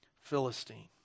Philistine